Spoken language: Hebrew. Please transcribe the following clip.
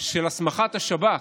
של הסמכת השב"כ.